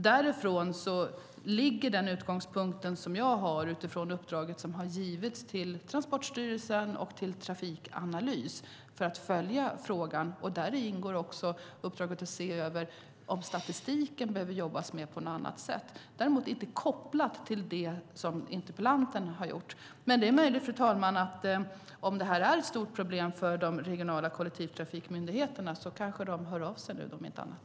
Den utgångspunkt jag har är utifrån det uppdrag som har givits till Transportstyrelsen och till Trafikanalys att följa frågan. Där ingår också uppdraget att se om man behöver jobba med statistiken på något annat sätt, men däremot inte kopplat på det sätt som interpellanten har gjort. Fru talman! Det är möjligt att om det är ett stort problem för de regionala kollektivtrafikmyndigheterna kanske de hör av sig nu om inte annat.